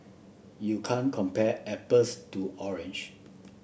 you can't compare apples to orange